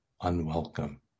unwelcome